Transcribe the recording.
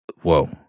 whoa